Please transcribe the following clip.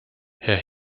herr